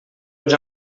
ens